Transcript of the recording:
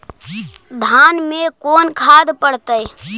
धान मे कोन खाद पड़तै?